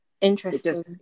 Interesting